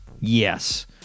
Yes